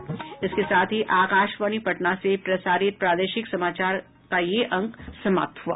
इसके साथ ही आकाशवाणी पटना से प्रसारित प्रादेशिक समाचार का ये अंक समाप्त हुआ